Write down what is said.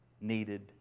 needed